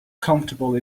comfortable